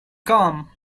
come